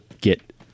get